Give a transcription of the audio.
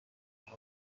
شامل